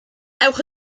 ewch